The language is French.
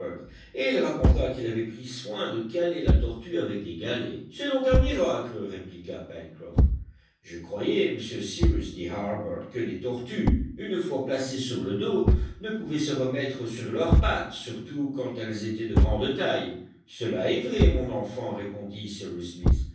et il raconta qu'il avait pris soin de caler la tortue avec des galets c'est donc un miracle répliqua pencroff je croyais monsieur cyrus dit harbert que les tortues une fois placées sur le dos ne pouvaient se remettre sur leurs pattes surtout quand elles étaient de grande taille cela est vrai mon enfant répondit cyrus smith